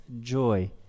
joy